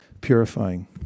purifying